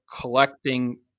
collecting